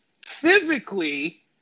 physically